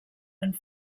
and